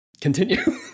Continue